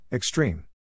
Extreme